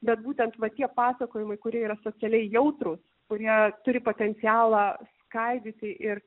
bet būtent va tie pasakojimai kurie yra socialiai jautrūs kurie turi potencialą skaidyti ir